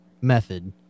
method